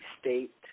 state